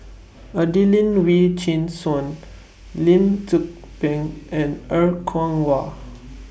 Adelene Wee Chin Suan Lim Tze Peng and Er Kwong Wah